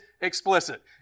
explicit